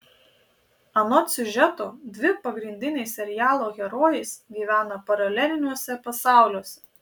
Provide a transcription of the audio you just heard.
anot siužeto dvi pagrindinės serialo herojės gyvena paraleliniuose pasauliuose